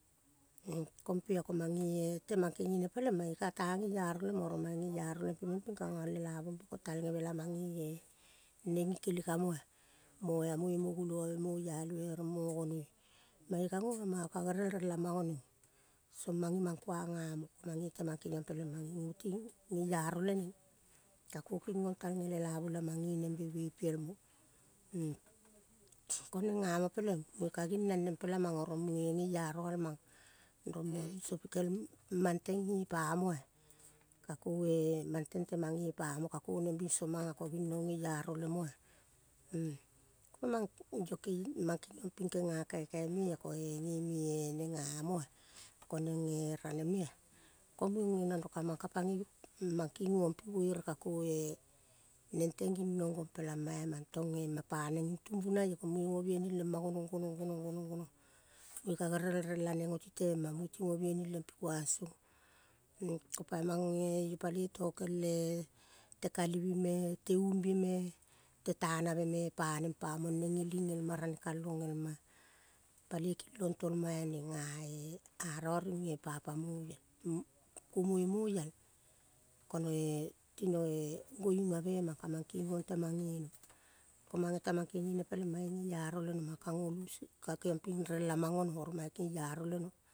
Kom pe ah mange temang kenene peleng mange kata gearo lemo oro mange geiaro lem pe meng ping ka gong lelavu ko talgeve lamang ge-eh neng gikele ka-mo-ah. Moa moi mogulo ove moialive, mogonoi mange, mango ka-gerel rel a mang oneng song mange mang kuang ga mo. Mange temang gegiong peleng geiaro lene, ka. Koging gong talge lelavu lamang geneng be piel mo. Koneng gamong peleng muge ka ginang neng pela mang oro muge geiaro gal mang rong boi biso pikel mang teng ge pamo ah. Ka-ko-eh. Mang teng temang gepamo ah. Ka ko neng bing somang go ging nong geiaro lemo ah. mang kegiong ping genga kaikai me ah. Koe geme neng ga mo ah. Koneng eh rane mea ko muge geniong kamang ka pagoi, mang kigong pi buere ka-ko eh. Neng teng ginong gom pelam pa amang tong em pa neng gig tumbunai ko muge go biaining lema gonong, gonong, gonong, gonong, gonong muge ka gerel relaneneg oti tema muge ti go biaining lem pe kuang song. Pamang eh iyo paloi tokel pe kuang song, ko pamang eh iyo paloi tokel pekuang song tokel eh tekalivi me te umbie me te taneve me paneng pa mong neng geling el ma mo rane kalong el ma paloi kilong tol ma aneng ga-e arong ring e papa moiel kumoi moiel ko no eh tino eh go ung ave mang ka mang kigong temang ge no ko mange temang kegene peleng mange geiro leno, ko go lusing. Ka kegiong ping geiaro leno oro mange geiaro leno.